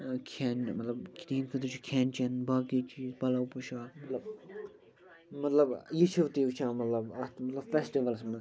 کھٮ۪ن مطلب تِہٕنٛدِ خٲطرٕ چھُ کھٮ۪ن چٮ۪ن باقٕے چیٖز پَلو پۄشاکھ مطلب مطلب یہِ چھُو تُہۍ وُچھان مطلب اتھ مطلب فیسٹٕولس منٛز